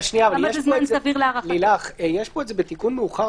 יש את זה בתיקון מאוחר